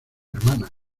hermana